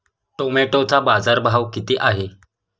टोमॅटोचा बाजारभाव किती आहे?